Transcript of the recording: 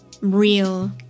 real